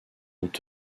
ont